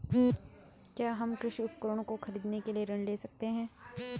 क्या हम कृषि उपकरणों को खरीदने के लिए ऋण ले सकते हैं?